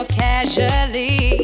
casually